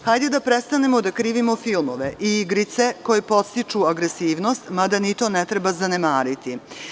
Hajde da prestanemo da krivimo filmove i igrice koje podstiču agresivnost, mada ni to ne treba zanemariti.